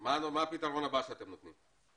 מה הפתרון הבא שאתם נותנים?